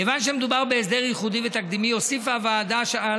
כיוון שמדובר בהסדר ייחודי ותקדימי הוסיפה הוועדה שעל